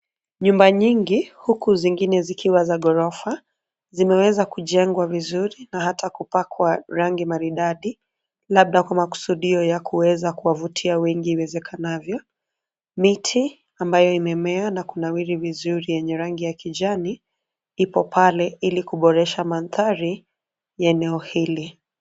Nyumba nyingi huku zingine zikiwa za ghorofa. Zimeweza kujengwa vizuri na hata kupakwa rangi maridadi labda kwa makusudio ya kuweza kuwavutia wengi iwezekanavyo. Miti ambayo imemea na kunawiri vizuri yenye rangi ya kijani iko pale ili kuboresha mandhari ya eneo hili.